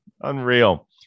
Unreal